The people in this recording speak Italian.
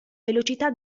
velocità